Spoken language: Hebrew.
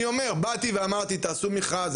באתי ואמרתי: תעשו מכרז,